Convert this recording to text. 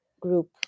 group